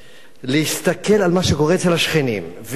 להסתכל על מה שקורה אצל השכנים ולראות את